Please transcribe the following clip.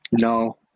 No